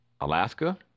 Alaska